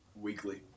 weekly